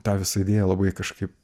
ta vis idėja labai kažkaip